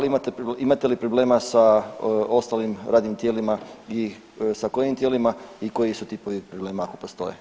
Imate li problema sa ostalim radnim tijelima i sa kojim tijelima i koji su ti problemi ako postoje?